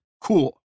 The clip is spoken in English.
Cool